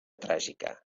tràgica